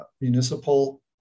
municipal